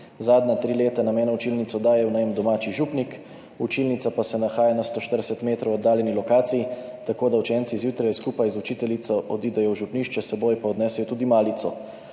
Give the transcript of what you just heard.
Zadnja tri leta nam eno učilnico daje v najem domači župnik, učilnica pa se nahaja na 140 m oddaljeni lokaciji, tako da učenci zjutraj skupaj z učiteljico odidejo v župnišče, s seboj pa odnesejo tudi malico.